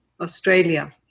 Australia